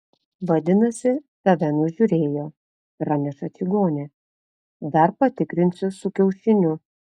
vadinasi tave nužiūrėjo praneša čigonė dar patikrinsiu su kiaušiniu